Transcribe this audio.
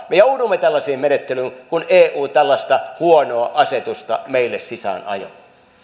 me joudumme tällaiseen menettelyyn kun eu tällaista huonoa asetusta meille sisään ajoi